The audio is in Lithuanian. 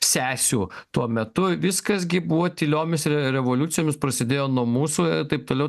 sesių tuo metu viskas gi buvo tyliomis revoliucijomis prasidėjo nuo mūsų taip toliau